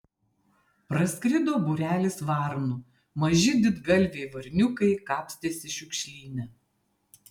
praskrido būrelis varnų maži didgalviai varniukai kapstėsi šiukšlyne